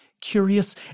curious